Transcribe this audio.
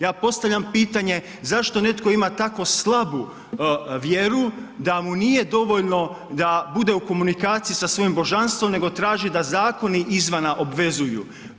Ja postavljam pitanje zašto netko ima tako slabu vjeru da u nije dovoljno da bude u komunikaciji sa svojim božanstvom nego traži da zakoni izvana obvezuju.